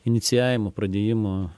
inicijavimo pradėjimo